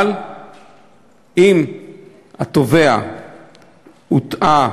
אבל אם התובע הוטעה,